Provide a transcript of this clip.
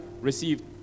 received